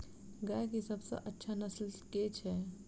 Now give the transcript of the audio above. गाय केँ सबसँ अच्छा नस्ल केँ छैय?